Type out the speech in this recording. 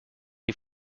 die